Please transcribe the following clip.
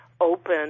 open